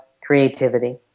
creativity